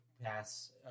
pass